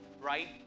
right